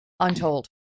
Untold